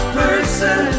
person